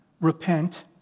repent